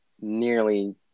nearly